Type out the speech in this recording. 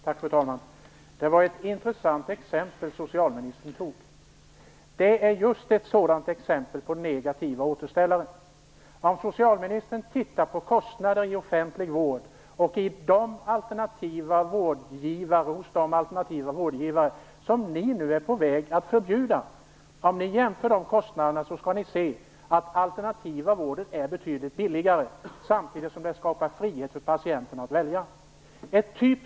Fru talman! Det var ett intressant exempel socialministern tog. Det är ett sådant exempel på just en sådan negativ återställare. Om socialministern tittar på och jämför kostnader i offentlig vård och hos de alternativa vårdgivare som regeringen nu är på väg att förbjuda kommer hon att se att den alternativa vården är betydligt billigare samtidigt som den skapar frihet för patienten att välja.